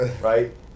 right